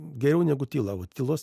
geriau negu tyla o tylos